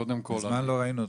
מזמן לא ראינו אותך.